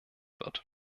wird